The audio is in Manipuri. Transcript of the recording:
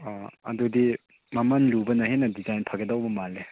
ꯑꯥ ꯑꯗꯨꯗꯤ ꯃꯃꯟ ꯂꯨꯕꯅ ꯍꯦꯟꯅ ꯗꯤꯖꯥꯏꯟ ꯐꯒꯗꯧꯕ ꯃꯥꯜꯂꯦ